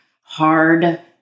hard